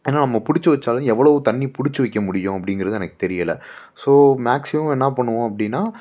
ஏன்னா நம்ம பிடிச்சி வச்சாலும் எவ்வளோவு தண்ணி பிடிச்சி வைக்க முடியும் அப்படிங்கிறது எனக்கு தெரியலை ஸோ மேக்சிமம் என்ன பண்ணுவோம் அப்படின்னா